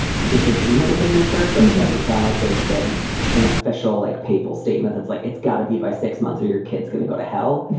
disagreement within the church. like it doesn't sound like there's been an official like papal statement that's like it's got to be by six months or your kid's going to go to hell.